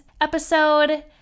episode